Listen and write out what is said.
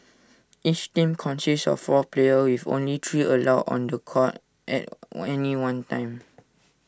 each team consists of four players with only three allowed on The Court at any one time